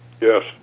Yes